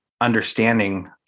understanding